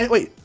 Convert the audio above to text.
Wait